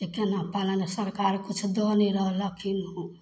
जे केना पालन सरकार किछु दऽ नहि रहलखिन की